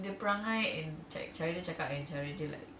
take actually to check out eatery do like